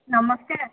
ନମସ୍କାର